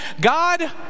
God